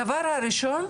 הדבר הראשון,